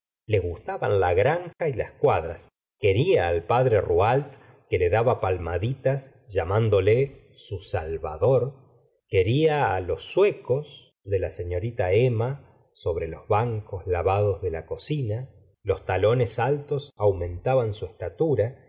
le gustaban la granja y las cuadras quería al padre rouault que le daba palmaditas llamándole su salvador quería los zuecos de la selioritaemma sobre los báncos lavados de la cocina los talones altos aumentaban su estatura